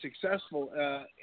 successful